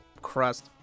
crust